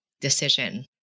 decision